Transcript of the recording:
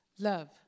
love